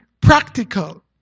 practical